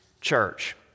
church